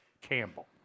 Campbell